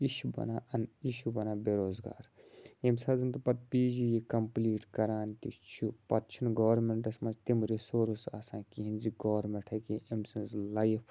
یہِ چھِ بَنان اَن یہِ چھِ بَنان بے روزگار ییٚمہِ ساتہٕ زَن تہِ پَتہٕ پی جی یہِ کَمپٕلیٖٹ کَران تہِ چھُ پَتہٕ چھُنہٕ گورمٮ۪نٛٹَس منٛز تِم رِسورٕس آسان کِہیٖنۍ زِ گورمٮ۪نٛٹ ہیٚکہِ أمۍ سٕنٛز لایف